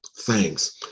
thanks